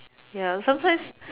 ya sometimes